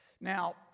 now